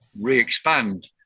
re-expand